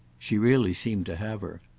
she really seemed to have her.